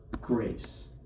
grace